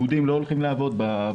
יהודים לא הולכים לעבוד בעבודה הזאת.